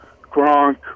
Gronk